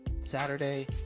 Saturday